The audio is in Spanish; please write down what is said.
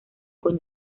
con